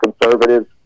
conservatives